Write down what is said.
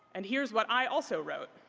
and here's what i also wrote.